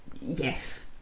Yes